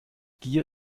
gier